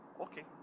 Okay